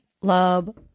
love